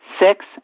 Six